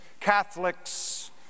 Catholics